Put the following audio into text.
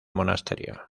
monasterio